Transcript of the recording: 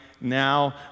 now